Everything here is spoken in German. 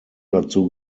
dazu